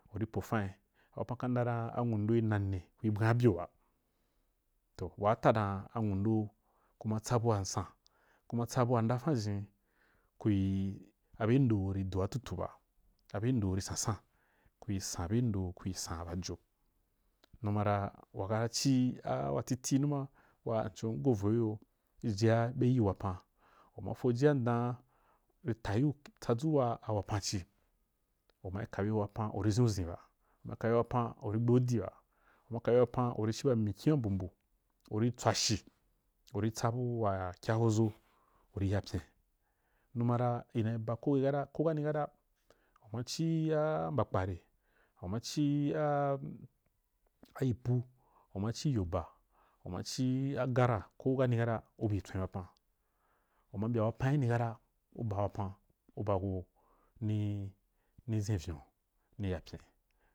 U ri po fain a wapan ka ndah dan a nwu ndo ri una nne ku ri bwaan n byo ba waa tandam a nwu do kuma tsa abuwa sansan tsabu wa ndafan jinni kuyi a bye ndo ri dua tutu ba bye ri sansan kuri san bye ndo kui san ba jo num a ra wagara ci a wa titi numa waa m con m go vo kiyo jiyia be yi wapan u ma fo ji waa m daan ri ta yiu tsa dʒu waa a wapan ci u ma ka bye wapan u ri ʒen’u ʒen ba u ma ka bye wapan u ri jandi ba u ma ka bye wapan u ri u ba mkyin wa mbumbu. Uri tswashi, u ri tsabu wa kyhoʒo, u ri ya pyen numa ra ina ba ko kani kata u ma ci a mbakpa re u ma ci, u ma ci ɪpu, u ma ci ayoba, u ma a gara ko kani kata u be tswen wapan u ma mbya wapan ini kata u ba wapan u bagu ni ʒen vyon ni ya pyen.